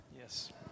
Yes